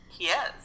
Yes